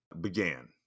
began